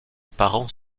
parents